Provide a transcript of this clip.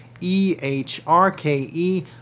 E-H-R-K-E